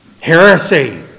Heresy